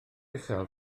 uchel